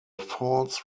falls